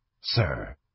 Sir